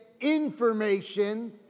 information